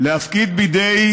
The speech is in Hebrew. להפקיד בידי